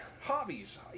hobbies